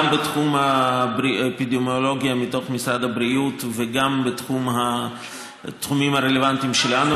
גם בתחום האפידמיולוגיה מתוך משרד הבריאות וגם בתחומים הרלוונטיים שלנו,